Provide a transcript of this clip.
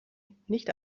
nicht